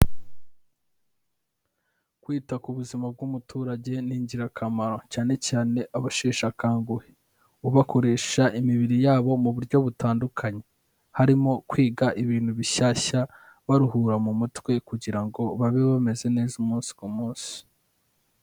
Kwita ku buzima bw'umuturage ni ingirakamaro cyane cyane abasheshe akanguhe, ubakoresha imibiri yabo mu buryo butandukanye harimo kwiga ibintu bishyashya baruhura mu mutwe kugira ngo babe bameze neza umunsi ku munsi.